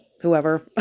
whoever